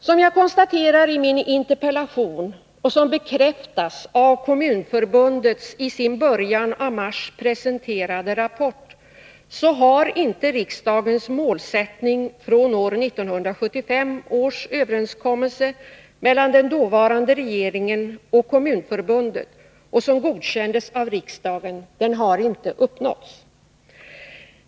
Som jag konstaterar i min interpellation, vilket bekräftas av Kommunförbundet i dess i början av mars presenterade rapport, har inte riksdagens målsättning från 1975 års överenskommelse mellan den dåvarande regeringen och Kommunförbundet, som godkändes av riksdagen, uppnåtts.